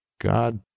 God